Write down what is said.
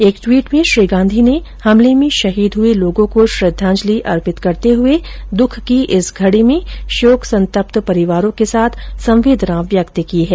एक ट्वीट में श्री गांधी ने हमले में शहीद हुए लोगों को श्रद्धांजलि अर्पित करते हुए दुख की इस घड़ी में शोकसंतप्त परिवारों के साथ संवेदना व्यक्त की है